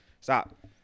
stop